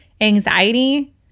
Anxiety